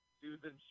Susan